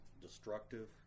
destructive